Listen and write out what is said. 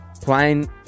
Plane